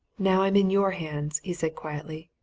now i'm in your hands, he said quietly.